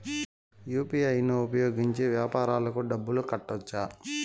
UPI ను ఉపయోగించి వ్యాపారాలకు డబ్బులు కట్టొచ్చా?